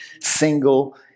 single